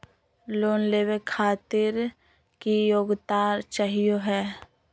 Loan लेवे खातीर की योग्यता चाहियो हे?